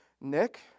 Nick